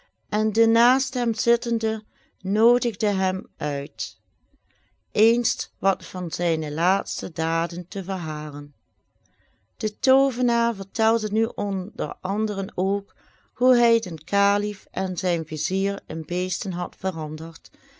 en de naast hem zittende noodigde hem uit eens wat van zijne laatste daden te verhalen de toovenaar vertelde nu onder anderen ook hoe hij den kalif en zijn vizier in beesten had veranderd